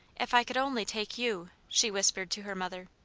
if i could only take you! she whispered to her mother.